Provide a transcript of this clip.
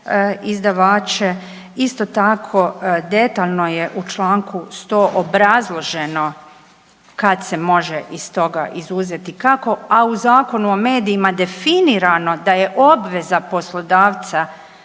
izdavače. Isto tako, detaljno je u čl. 100 obrazloženo kad se može iz toga izuzeti, kako, a u Zakonu o medijima definirano da je obveza poslodavca